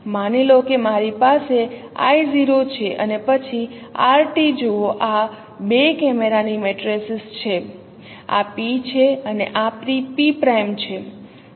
માની લો કે મારી પાસે I | 0 છે અને પછી R | t જુઓ આ 2 કેમેરાની મેટ્રિસીસ છે આ P છે અને આ P' છે